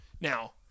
Now